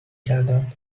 کردند